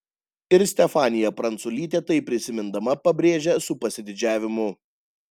ir stefanija pranculytė tai prisimindama pabrėžia su pasididžiavimu